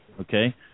Okay